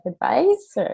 advice